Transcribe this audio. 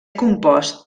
compost